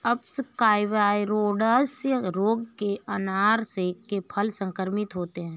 अप्सकवाइरोइड्स रोग से अनार के फल संक्रमित होते हैं